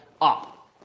up